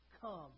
come